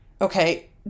okay